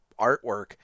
artwork